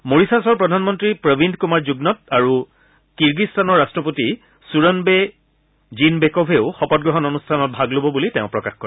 মৰিছাছৰ প্ৰধানমন্ত্ৰী Pravind Kumar Jugnauth আৰু কিৰ্গিস্তানৰ ৰাট্টপতি ছুৰন্বে জিনবেক ভেও শপত গ্ৰহণ অনুষ্ঠানত ভাগ ল'ব বুলি তেওঁ প্ৰকাশ কৰে